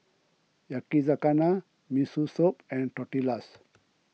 Yakizakana Miso Soup and Tortillas